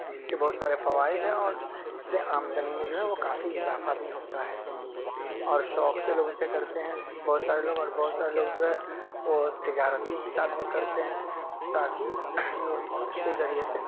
جس کے بہت سارے فوائد ہیں اور اس سے آمدنی میں جو ہے وہ کافی اضافہ بھی ہوتا ہے اور شوق سے لوگ اسے کرتے ہیں بہت سارے لوگ اور بہت سارے لوگ جو ہے وہ تجارتی حساب سے کرتے ہیں تاکہ جو اس کے ذریعے سے